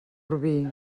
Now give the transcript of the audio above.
rubí